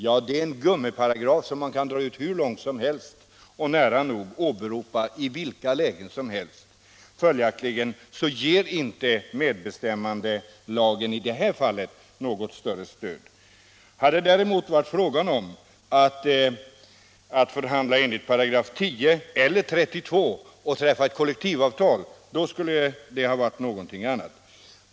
Jo, det är en gummiparagraf som man kan dra ut hur långt som helst och åberopa i nära nog vilka fall som helst. Följaktligen ger inte medbestämmandelagen i detta fall något större stöd. Hade det däremot varit fråga om att förhandla enligt 10 § eller 32 § och träffa ett kollektivavtal, skulle det ha varit någonting annat.